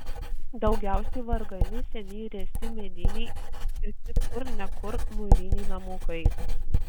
daugiausiai vargani seniai ręsti mediniai ir tik kur ne kur mūriniai namukai